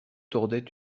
tordait